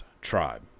tribe